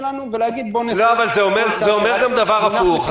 שלנו ולהגיד בואו נשים --- אבל זה גם דבר הפוך.